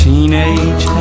Teenage